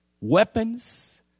Weapons